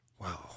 Wow